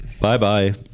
Bye-bye